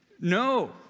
No